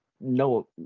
no